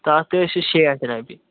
تَتھ تہِ حظ چھِ شیٹھ رۄپیہِ